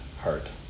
Heart